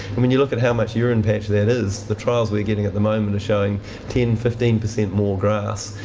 i mean you look at how much urine patch that is, is, the trials we're getting at the moment are showing ten, fifteen percent more grass.